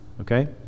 okay